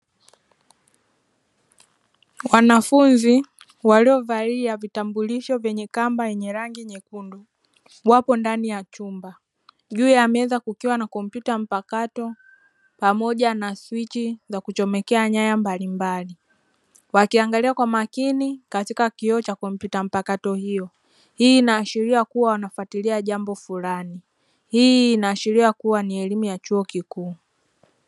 Wanafunzi waliovalia vitambulisho vyenye kamba yenye rangi nyekundu wapo ndani ya chumba. Juu ya meza kukiwa na kompyuta mpakato pamoja na swichi za kuchomekea nyaya mbalimbali wakiangalia kwa makini katika kioo cha kompyuta mpakato hiyo, hii inaashiria kuwa wanafuatilia jambo fulani, hii inaashiria kuwa ni elimu ya chuo kikuu.